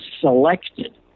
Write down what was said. selected